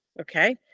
Okay